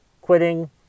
quitting